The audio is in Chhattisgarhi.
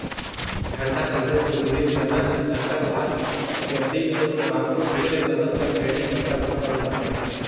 ठंडा परदेस में गुरेज, करना, नक्खरवाल, गद्दी अउ रामपुर बुसेर नसल कर भेंड़ी बगरा पोसल जाथे